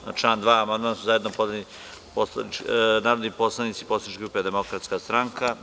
Na član 2. amandman su zajedno podneli narodni poslanici poslaničke grupe Demokratska stranka.